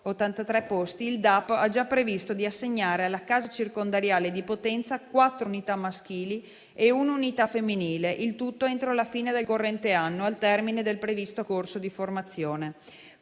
il DAP ha già previsto di assegnare alla casa circondariale di Potenza quattro unità maschili e un'unità femminile, il tutto entro la fine del corrente anno, al termine del previsto corso di formazione.